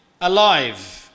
Alive